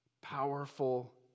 powerful